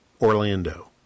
Orlando